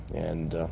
and